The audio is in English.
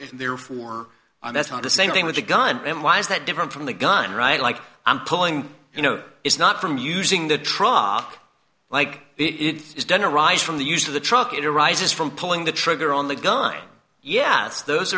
therefore i'm that's not the same thing with a gun and why is that different from the gun right like i'm pulling you know it's not from using the trough like it is done arise from the use of the truck it arises from pulling the trigger on the guy yes those